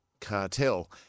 cartel